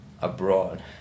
abroad